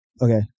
Okay